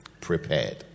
prepared